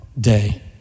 day